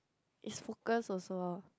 is focus also lor